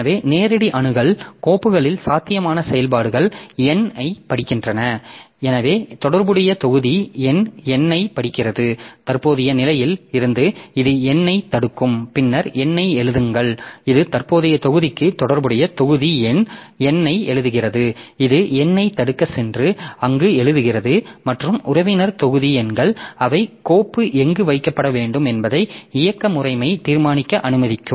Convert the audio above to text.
எனவே நேரடி அணுகல் கோப்புகளில் சாத்தியமான செயல்பாடுகள் n ஐப் படிக்கின்றன எனவே தொடர்புடைய தொகுதி எண் n ஐப் படிக்கிறது தற்போதைய நிலையில் இருந்து இது n ஐத் தடுக்கும் பின்னர் n ஐ எழுதுங்கள் இது தற்போதைய தொகுதிக்கு தொடர்புடைய தொகுதி எண் n ஐ எழுதுகிறது இது n ஐத் தடுக்கச் சென்று அங்கு எழுதுகிறது மற்றும் உறவினர் தொகுதி எண்கள் அவை கோப்பு எங்கு வைக்கப்பட வேண்டும் என்பதை இயக்க முறைமை தீர்மானிக்க அனுமதிக்கும்